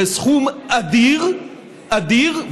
זה סכום אדיר, אדיר.